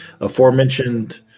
aforementioned